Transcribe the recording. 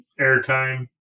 airtime